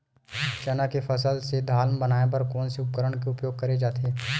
चना के फसल से दाल बनाये बर कोन से उपकरण के उपयोग करे जाथे?